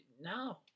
No